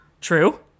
true